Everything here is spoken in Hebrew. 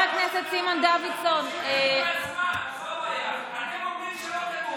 אתם אומרים שלא כתוב,